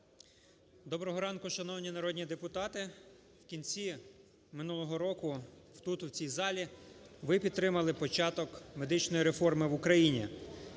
Доброго ранку, шановні народні депутати. В кінці минулого року тут, у цій залі, ви підтримали початок медичної реформи в Україні.